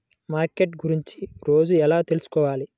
Market గురించి రోజు ఎలా తెలుసుకోవాలి?